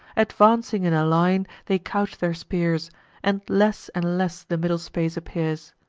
advancing in a line, they couch their spears and less and less the middle space appears.